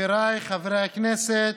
חבריי חברי הכנסת,